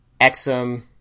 Exum